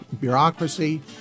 bureaucracy